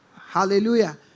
Hallelujah